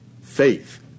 faith